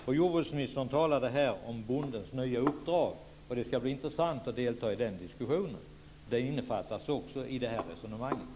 Jordbruksministern talade här om bondens nya uppdrag. Det ska bli intressant att delta i den diskussionen. Det innefattas också i det här resonemanget.